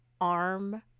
arm